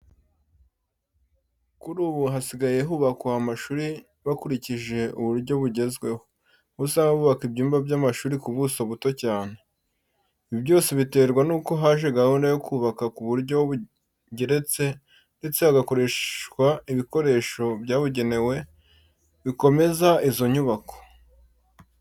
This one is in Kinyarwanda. Kuri ubu hasigaye hubakwa amashuri bakurikije uburyo bugezweho, aho usanga bubaka ibyumba by'amashuri ku buso buto cyane. Ibi byose biterwa nuko haje gahunda yo kubaka ku buryo bugeretse ndetse hagakoreshwa ibikoresho byabugenewe bikomeza izo nyubako.